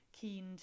keen